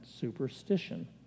superstition